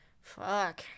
fuck